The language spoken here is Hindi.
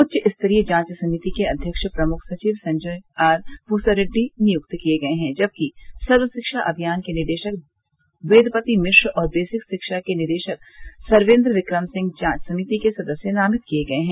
उच्चस्तरीय जांच समिति के अध्यक्ष प्रमुख सचिव संजय आर भूसरेड्डी नियुक्त किये गये हैं जबकि सर्व शिक्षा अभियान के निदेशक वेदपति मिश्र और बेसिक शिक्षा के निदेशक सर्वेन्द्र विक्रम सिंह जांच समिति के सदस्य नामित किये गये हैं